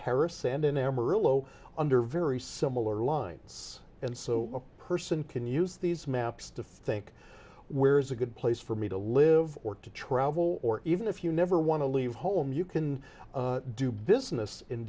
paris and in amarillo under very similar lines and so a person can use these maps to think where is a good place for me to live or to travel or even if you never want to leave home you can do business in